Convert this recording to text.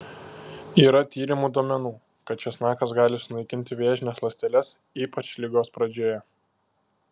yra tyrimų duomenų kad česnakas gali sunaikinti vėžines ląsteles ypač ligos pradžioje